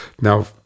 now